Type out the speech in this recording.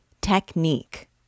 Technique